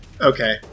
Okay